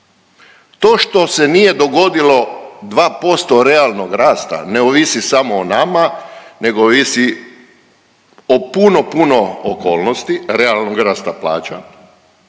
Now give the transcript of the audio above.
To što se nije dogodilo dva posto realnog rasta ne ovisi samo o nama, nego ovisi o puno, puno okolnosti realnog rasta plaća.